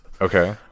okay